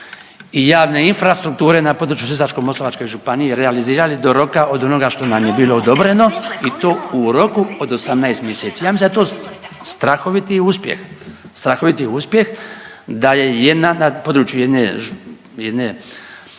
i javne infrastrukture na području Sisačko-moslavačke županije realizirali do roka od onoga što nam je bilo odobreno i to u roku od 18 mjeseci. Ja mislim da je to strahoviti uspjeh, strahoviti uspjeh da je jedan, na području jedne,